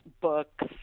books